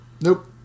Nope